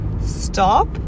stop